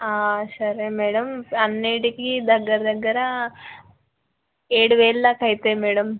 సరే మేడమ్ అన్నిటికి దగ్గర దగ్గర ఏడువేలుదాక అవుతాయి మేడమ్